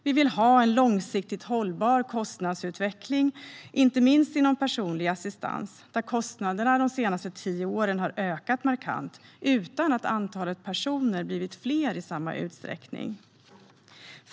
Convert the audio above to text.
Vi vill ha en långsiktigt hållbar kostnadsutveckling, inte minst inom personlig assistans, där kostnaderna de senaste tio åren har ökat markant utan att antalet personer har blivit fler i samma utsträckning.